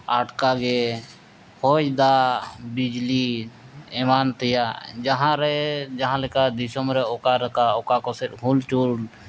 ᱟᱪᱠᱟᱜᱮ ᱜᱮ ᱦᱚᱭᱼᱫᱟᱜ ᱵᱤᱡᱽᱞᱤ ᱮᱢᱟᱱ ᱛᱮᱭᱟᱜ ᱡᱟᱦᱟᱸᱨᱮ ᱡᱟᱦᱟᱸ ᱞᱮᱠᱟ ᱫᱤᱥᱚᱢ ᱨᱮ ᱚᱠᱟᱞᱮᱠᱟ ᱚᱠᱟ ᱠᱚᱥᱮᱫ ᱦᱩᱞᱪᱩᱞ